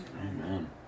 Amen